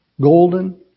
golden